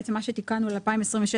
בעצם מה שתיקנו ל-2026,